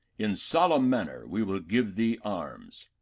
in solemn manner we will give thee arms.